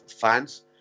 fans